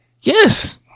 Yes